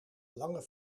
lange